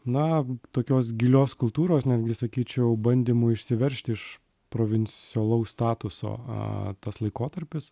na tokios gilios kultūros netgi sakyčiau bandymų išsiveržti iš provincialaus statuso a tas laikotarpis